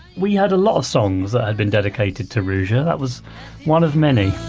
we heard a lot of songs that had been dedicated to ruja. that was one of many.